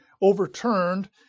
overturned